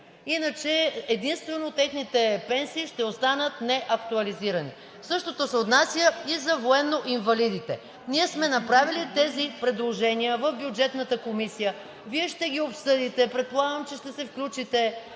иначе единствено техните пенсии ще останат неактуализирани. Същото се отнася и за военноинвалидите. Ние сме направили тези предложения в Бюджетната комисия. Вие ще ги обсъдите. Предполагам, че ще се включат